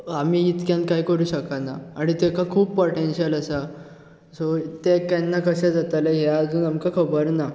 आमी इतक्यान कांय करूं शकाना आनी ताका खूब पोटॅनशल आसा सो तें केन्ना कशें जातलें हें आजून आमकां खबरना